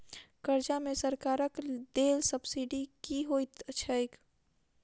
कर्जा मे सरकारक देल सब्सिडी की होइत छैक?